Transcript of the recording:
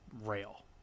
rail